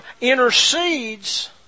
intercedes